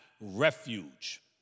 refuge